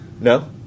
No